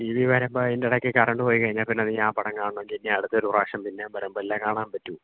T V വരുമ്പോൾ അതിൻ്റെ ഇടയ്ക്ക് കരണ്ട് പോയിക്കഴിഞ്ഞാൽ പിന്നെ ഇനി ആ പടം കാണണമെങ്കിൽ ഇനി അടുത്തൊരു പ്രാവശ്യം പിന്നേയും വരുമ്പഴല്ലേ കാണാൻ പറ്റൂ